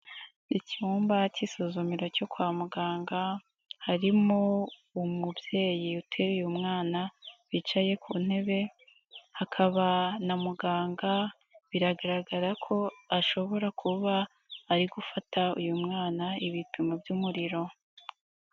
Icyumba cy'isuzumiro cyo kwa muganga, harimo umubyeyi uteruye umwana wicaye ku ntebe hakaba na muganga biragaragara ko ashobora kuba ari gufata uyu mwana ibipimo by'umuriro.